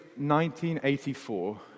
1984